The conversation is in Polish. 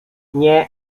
nie